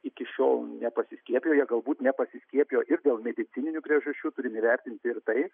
iki šiol nepasiskiepiję jie galbūt nepasiskiepijo ir dėl medicininių priežasčių turim įvertint ir tai